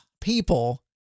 people